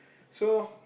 so